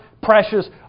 precious